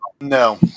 No